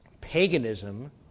Paganism